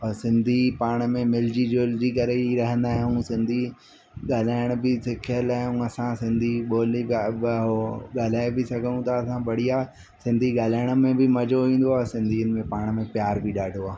ऐं सिंधी पाण में मिलजी जुलजी करे ई रहंदा आहियूं सिंधी ॻल्हाइण बि सिखियल आहियूं असां सिंधी ॿोली ॻाल्हाए बि सघूं था असां बढ़िया सिंधी ॻाल्हाइण में बि मज़ो ईंदो आहे सिंधियुनि में पाण में प्यार बि ॾाढो आहे